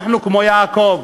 אנחנו כמו יעקב.